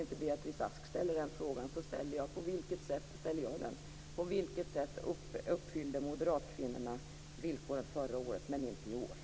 Jag ser fram emot översynen, men så länge de regler som nu finns gäller tänker jag följa dem. Fördelningen är absolut inte godtycklig utan strikt reglerad.